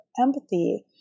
empathy